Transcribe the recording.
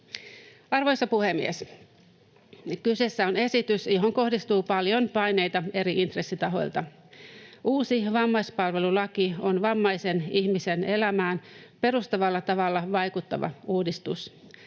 Arvoisa puhemies! Kyseessä on esitys, johon kohdistuu paljon paineita eri intressitahoilta. Uusi vammaispalvelulaki on vammaisen ihmisen elämään perustavalla tavalla vaikuttava uudistus.